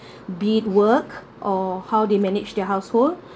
beat work or how they manage their household